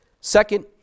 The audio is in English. second